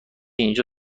اینجا